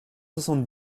soixante